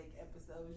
episodes